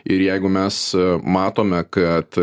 ir jeigu mes matome kad